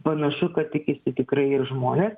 panašu kad tikisi tikrai ir žmonės